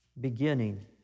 beginning